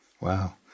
wow